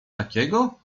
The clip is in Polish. takiego